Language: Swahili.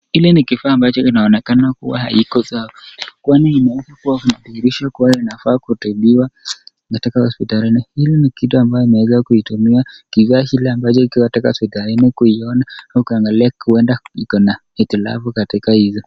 Hili ni kifaa ambacho kinaonekana kuwa haiko sawa, kwani imeonyeshwa kudhihirisha kuwa inafaa kutibiwa katika hospitalini. Hili ni kitu ambacho kimeweza kutumiwa kifaa kile ambacho kiko katika hospitalini kuiona au kuangalia huenda iko na hitilafu katika hizo.